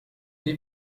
die